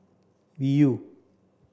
viu